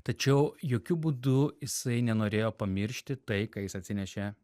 tačiau jokiu būdu jisai nenorėjo pamiršti tai ką jis atsinešė